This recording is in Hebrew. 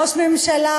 ראש ממשלה,